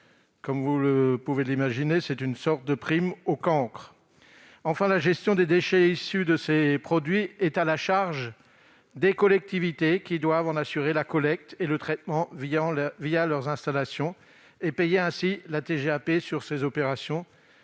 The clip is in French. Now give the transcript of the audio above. vers l'économie circulaire. C'est une sorte de prime au cancre ! Enfin, la gestion des déchets issus de ces produits est à la charge des collectivités, qui doivent en assurer la collecte et le traitement leurs installations et payer la TGAP sur ces opérations,